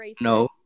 No